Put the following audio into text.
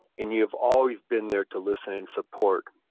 and you've always been there to listen support.